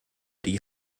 die